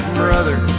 brother